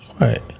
Right